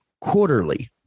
quarterly